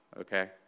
okay